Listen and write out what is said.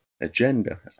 agenda